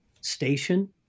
station